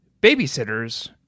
babysitters